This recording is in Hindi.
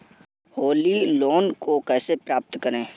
होली लोन को कैसे प्राप्त करें?